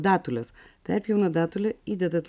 datulės perpjauna datulę įdeda